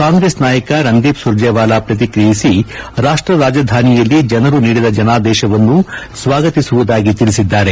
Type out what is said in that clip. ಕಾಂಗ್ರೆಸ್ನ ನಾಯಕ ರಣದೀಪ್ ಸುರ್ಜೆವಾಲಾ ಪ್ರತಿಕ್ರಿಯಿಸಿ ರಾಷ್ಷ ರಾಜಧಾನಿಯಲ್ಲಿ ಜನರು ನೀಡಿದ ಜನಾದೇಶವನ್ನು ಸ್ವಾಗತಿಸುವುದಾಗಿ ತಿಳಿಸಿದ್ದಾರೆ